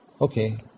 Okay